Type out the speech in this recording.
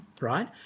right